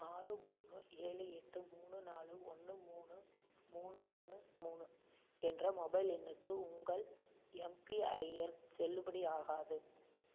ஆறு மூணு ஏழு எட்டு மூணு நாலு ஒன்று மூணு மூணு ஒன்று மூணு என்ற மொபைல் எண்ணுக்கு உங்கள் எம்பிஐஎன் செல்லுபடி ஆகாது